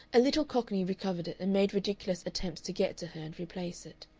a little cockney recovered it, and made ridiculous attempts to get to her and replace it.